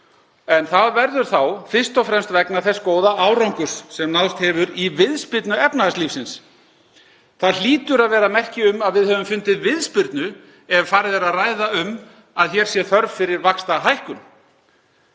Það verður þá fyrst og fremst vegna þess góða árangurs sem náðst hefur í viðspyrnu efnahagslífsins. Það hlýtur að vera merki um að við höfum fundið viðspyrnu ef farið er að ræða um að hér sé þörf fyrir vaxtahækkun.